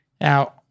Now